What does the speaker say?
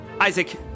Isaac